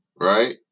right